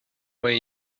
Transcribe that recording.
way